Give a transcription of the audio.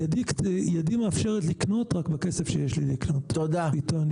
ידי מאפשרת לקנות רק בכסף שיש לי לקנות ואתו אני אקנה.